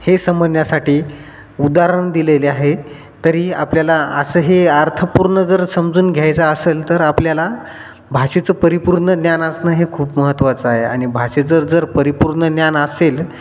हे समजण्यासाठी उदाहारण दिलेले आहे तरी आपल्याला असं हे अर्थपूर्ण जर समजून घ्यायचं असेल तर आपल्याला भाषेचं परिपूर्ण ज्ञान असणं हे खूप महत्त्वाचं आहे आणि भाषेच जर परिपूर्ण ज्ञान असेल